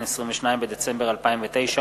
22 בדצמבר 2009,